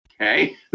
okay